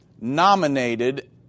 nominated